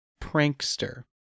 prankster